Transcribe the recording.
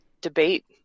debate